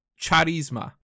Charisma